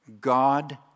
God